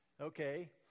Okay